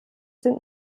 sind